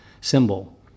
symbol